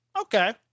Okay